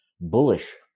bullish